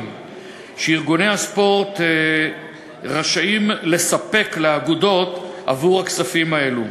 שארגוני הספורט רשאים לספק לאגודות עבור הכספים האלה.